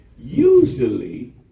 usually